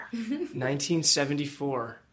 1974